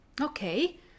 Okay